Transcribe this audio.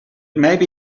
maybe